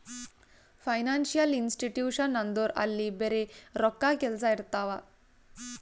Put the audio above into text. financial institution ಅಂದುರ್ ಅಲ್ಲಿ ಬರೆ ರೋಕ್ಕಾದೆ ಕೆಲ್ಸಾ ಇರ್ತಾವ